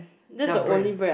ya bread